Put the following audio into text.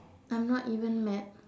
I'm not even mad